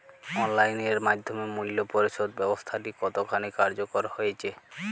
Online এর মাধ্যমে মূল্য পরিশোধ ব্যাবস্থাটি কতখানি কার্যকর হয়েচে?